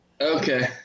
Okay